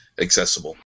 accessible